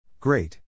Great